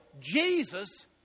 Jesus